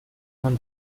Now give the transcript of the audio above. man